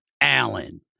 Allen